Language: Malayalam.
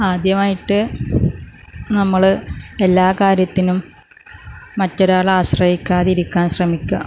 ആദ്യമായിട്ട് നമ്മള് എല്ലാ കാര്യത്തിനും മറ്റൊരാളെ ആശ്രയിക്കാതിരിക്കാൻ ശ്രമിക്കുക